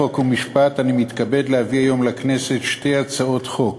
חוק ומשפט אני מתכבד להביא היום לכנסת שתי הצעות חוק,